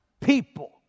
people